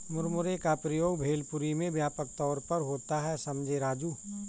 मुरमुरे का प्रयोग भेलपुरी में व्यापक तौर पर होता है समझे राजू